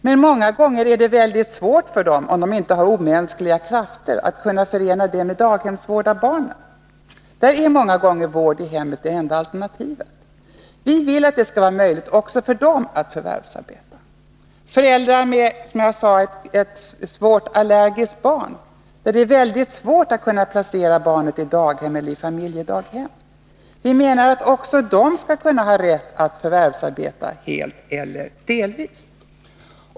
Men många gånger är det väldigt svårt för dem, om de inte har övermänskliga krafter, att kunna förena förvärvsarbetet med daghemsvård av barn. Då är många gånger vårdnad i hemmet det enda alternativet. Vi vill att det skall vara möjligt också för dem att förvärvsarbeta. Föräldrar med ett i hög grad allergiskt barn har det väldigt svårt att placera barnet i daghem eller i familjedaghem. Vi menar att också de skall ha rätt att förvärvsarbeta helt eller delvis.